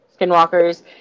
skinwalkers